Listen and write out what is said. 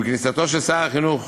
עם כניסתו של שר החינוך